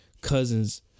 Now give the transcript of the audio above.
cousins